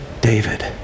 David